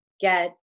get